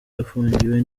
bafungiwe